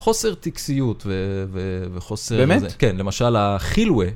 חוסר טקסיות וחוסר זה. באמת? כן, למשל החילווה.